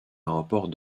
aéroport